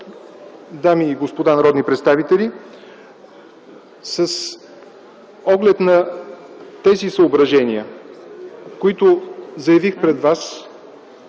дами и господа народни представители, с оглед на тези съображения, които заявих пред вас